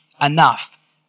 enough